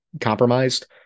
compromised